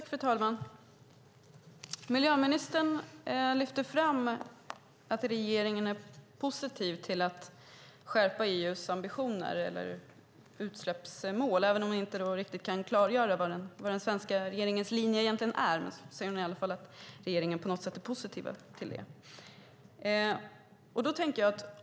Fru talman! Miljöministern lyfter fram att regeringen är positiv till att skärpa EU:s ambitioner när det gäller utsläppsmål. Även om hon inte riktigt kan klargöra vilken den svenska regeringens linje egentligen är säger hon i alla fall att regeringen på något sätt är positiv till detta.